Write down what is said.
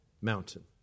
mountain